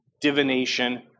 divination